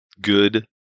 good